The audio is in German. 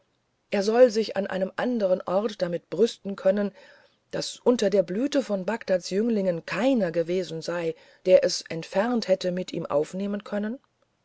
er soll sich an andern orten damit brüsten können daß unter der blüte von bagdads jünglingen keiner gewesen sei der es entfernt hätte mit ihm aufnehmen können